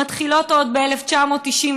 מתחילות עוד ב-1997,